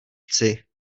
chci